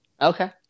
Okay